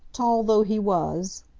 tall though he was,